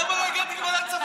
למה לא הגעתי לוועדת כספים?